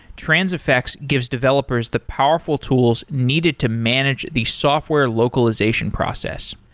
transifex gives developers the powerful tools needed to manage the software localization process.